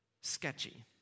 sketchy